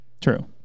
True